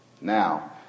Now